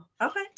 okay